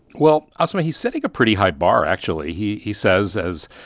well, asma, he's setting a pretty high bar, actually. he he says, as,